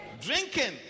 Drinking